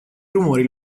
rumori